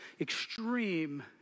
extreme